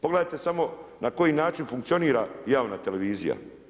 Pogledajte samo na koji način funkcionira javna televizija.